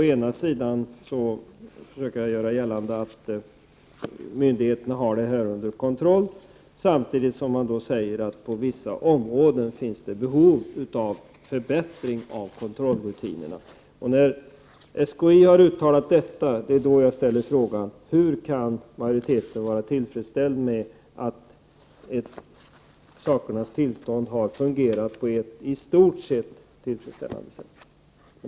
Å ena sidan försöker han göra gällande att myndigheterna har denna verksamhet under kontroll, å andra sidan finns det på vissa områden behov av en förbättring av kontrollrutinerna. När SKI har uttalat sig på detta sätt vill jag fråga: Hur kan utskottsmajoriteten vara nöjd med ett sakernas tillstånd där verksamheten fungerar på ett i stort sett tillfredsställande sätt?